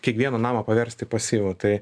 kiekvieną namą paversti į pasyvų tai